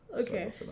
Okay